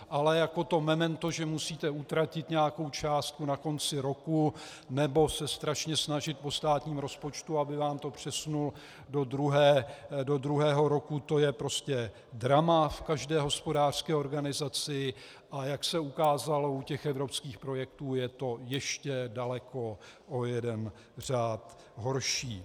Ale to memento, že musíte utratit nějakou částku na konci roku nebo se strašně snažit po státním rozpočtu, aby vám to přesunul do druhého roku, to je prostě drama v každé hospodářské organizaci, a jak se ukázalo u těch evropských projektů, je to ještě daleko o jeden řád horší.